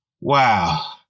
Wow